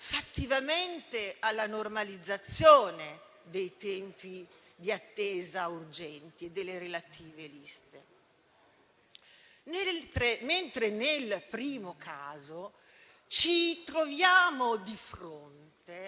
fattivamente alla normalizzazione dei tempi di attesa urgenti e delle relative liste. Nel primo caso ci troviamo di fronte